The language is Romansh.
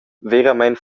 veramein